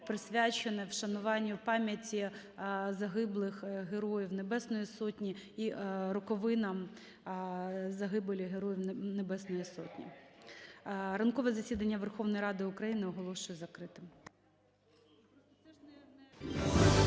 присвячене вшануванню пам'яті загиблих Героїв Небесної Сотні і роковинам загибелі Героїв Небесної Сотні. Ранкове засідання Верховної Ради України оголошую закритим.